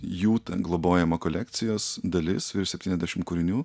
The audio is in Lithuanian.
jų ta globojama kolekcijos dalis virš septyniasdešim kūrinių